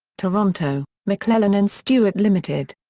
toronto mcclelland and stewart ltd.